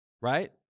right